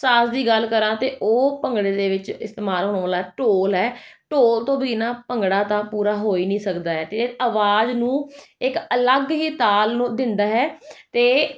ਸਾਜ ਦੀ ਗੱਲ ਕਰਾਂ ਤੇ ਉਹ ਭੰਗੜੇ ਦੇ ਵਿੱਚ ਇਸਤੇਮਾਲ ਹੋਣ ਵਾਲਾ ਢੋਲ ਹੈ ਢੋਲ ਤੋਂ ਬਿਨਾਂ ਭੰਗੜਾ ਤਾਂ ਪੂਰਾ ਹੋ ਹੀ ਨਹੀਂ ਸਕਦਾ ਹੈ ਅਤੇ ਇਹ ਆਵਾਜ਼ ਨੂੰ ਇੱਕ ਅਲੱਗ ਹੀ ਤਾਲ ਨੂੰ ਦਿੰਦਾ ਹੈ ਅਤੇ